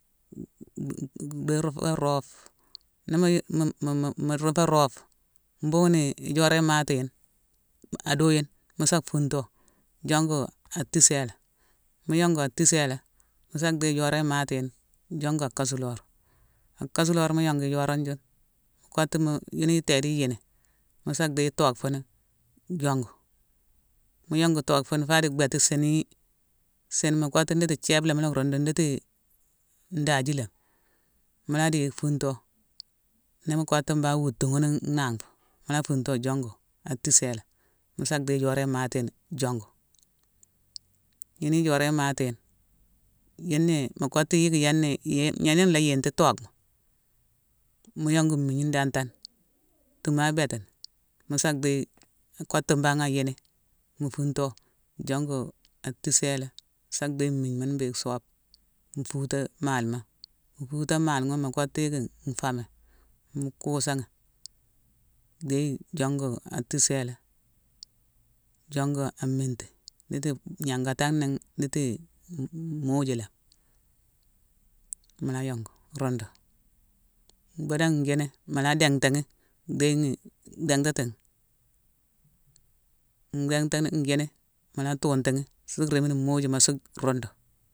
N- dhi- dhi- dhi fo roofe. Ni- yi- mu- mu- mu- dhi fo roofe, mughune yi i jorane imati yune- adu yine. Mu sa funto, jongu a tisélé. Mu yongo a tisélé mu sa déye ijurone imati yune jongu a kasulor. A kasulor mu yongu ijorone june, kottu-mu yune itéde i yini, mu sa déye toogh fune jongu. Mu yongu toogh fune fa di bhéti sini, sini; mu kottu nditi jéébe la mu la rundu, nditi ndaji la mi. Mu la dhéye funto. Ni mo kottu mbangh wutu ghune nnangh fo, mu la funto jongu a tisélé. Mu sa dhéye jorone mati yune jongu. Yuni ijorone imati yune, yuné-mu kottu yicki yéné-yé-gnena nla yiiti tooghma. Mu yongu migne ndantane. Tuma abétini, mu sa dhéye-mu kottu mbangh a yiini, mu funto, jongu a tisélé sa dhéye mmigne mune béghine soobe. Mu fuuté maalma. Mu fuuté maalma ghune, mu kottu yicki nfomane, mu kussa ghi dhéye jongu ghi a tisélé, jongu ghi an mitti. Nditi gnangatamma né ghi, nditi-m-muju langhi mu la yongu, rundu. Budan njini, mula dinghtaghi, dhéghi dhinghtatighi; ndhinghtani, njini, mu la tuntughi. Su rémini mmujuma su rundu.